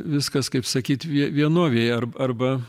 viskas kaip sakyt vie vienovėje ar arba